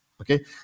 okay